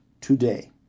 today